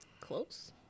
close